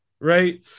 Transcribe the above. right